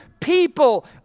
people